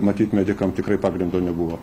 matyt medikam tikrai pagrindo nebuvo